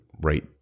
right